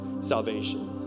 salvation